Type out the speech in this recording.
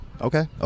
okay